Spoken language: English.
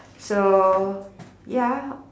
so ya